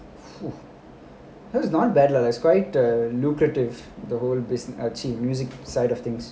that is not bad but is quite err lucrative the whole business achieved music side of things